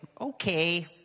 Okay